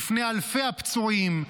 בפני אלפי הפצועים,